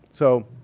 so,